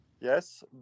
Yes